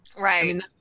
Right